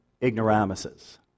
ignoramuses